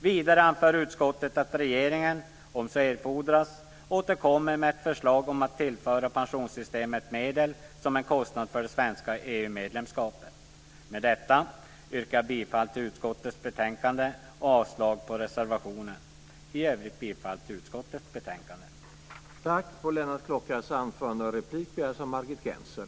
Vidare anför utskottet att regeringen om så erfordras ska återkomma med ett förslag om att tillföra pensionssystemet medel som en kostnad för det svenska EU-medlemskapet. Med detta yrkar jag bifall till utskottets förslag i betänkandet och avslag på reservationen. I övrigt yrkar jag bifall till utskottets betänkande.